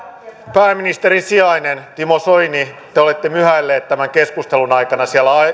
pääministerin sijainen timo soini te olette myhäillyt tämän keskustelun aikana siellä